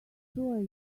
sure